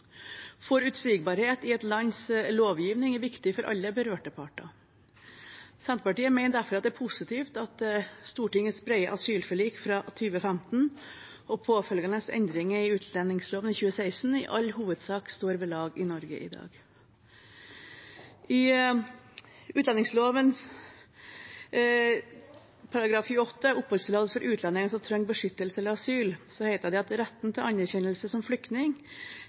Forutsigbarhet i et lands lovgivning er viktig for alle berørte parter. Senterpartiet mener derfor det er positivt at Stortingets brede asylforlik fra 2015 og påfølgende endring i utlendingsloven i 2016 i all hovedsak står ved lag i Norge i dag. I utlendingsloven § 28, om oppholdstillatelse for utlendinger som trenger beskyttelse eller asyl, heter det bl.a.: «Retten til anerkjennelse som flyktning